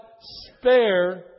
spare